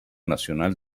nacional